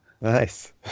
Nice